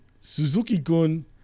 Suzuki-gun